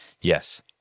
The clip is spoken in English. yes